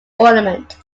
ornament